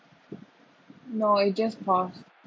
no I just paused